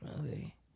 movie